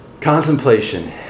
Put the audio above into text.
Contemplation